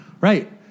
Right